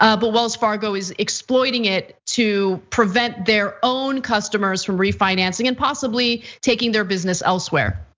ah but wells fargo is exploiting it to prevent their own customers from refinancing and possibly taking their business elsewhere.